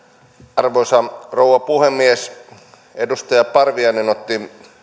arvoisa rouva puhemies edustaja parviainen otti